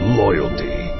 loyalty